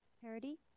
Parody